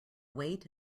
wait